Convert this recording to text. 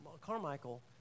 Carmichael